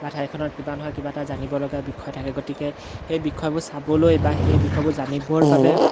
বা ঠাইখনত কিবা নহয় কিবা এটা জানিবলগীয়া বিষয় থাকে গতিকে সেই বিষয়বোৰ চাবলৈ বা সেই বিষয়বোৰ জানিবৰ বাবে